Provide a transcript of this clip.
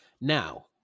Now